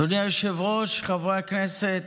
אדוני היושב-ראש, חברי הכנסת,